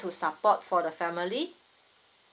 to support for the family